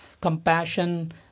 compassion